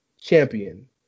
champion